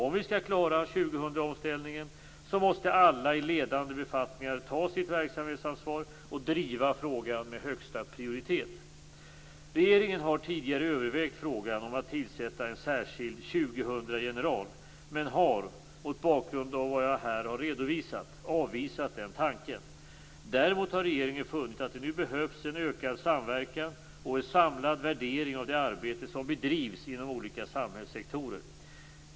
Om vi skall klara 2000 omställningen måste alla i ledande befattningar ta sitt verksamhetsansvar och driva frågan med högsta prioritet. Regeringen har tidigare övervägt frågan om att tillsätta en särskild "2000-general" men har, mot bakgrund av vad jag här har redovisat, avvisat den tanken. Däremot har regeringen funnit att det nu behövs en ökad samverkan och en samlad värdering av det arbete som bedrivs inom olika samhällssektorer.